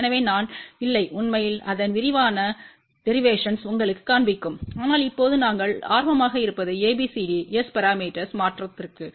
எனவே நான் இல்லை உண்மையில் அதன் விரிவான டெரிவேஷன்ஸ்லை உங்களுக்குக் காண்பிக்கும் ஆனால் இப்போது நாங்கள் ஆர்வமாக இருப்பது ABCD S பரமீட்டர்ஸ் மாற்றத்திற்கு